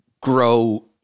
grow